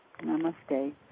Namaste